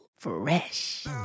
Fresh